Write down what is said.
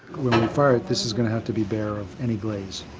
when we fire it, this is going to have to be bare of any glaze.